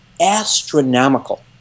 astronomical